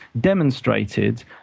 demonstrated